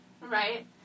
Right